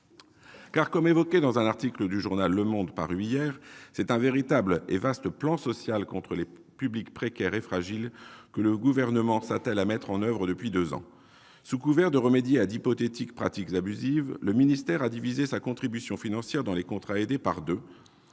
utilisée dans un article de l'édition du journal parue hier, c'est un véritable et « vaste plan social » contre les publics précaires et fragiles que le Gouvernement s'attelle à mettre en oeuvre depuis deux ans. Sous couvert de remédier à d'hypothétiques pratiques abusives, le ministère a divisé sa contribution financière dans les contrats aidés par deux.